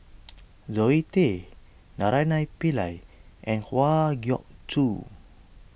Zoe Tay Naraina Pillai and Kwa Geok Choo